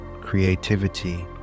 creativity